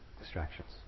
distractions